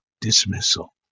dismissal